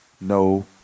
no